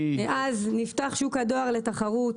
ואז נפתח שוק הדואר לתחרות.